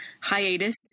hiatus